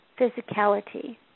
physicality